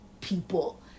people